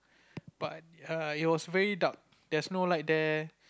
but err it was very dark there's no light there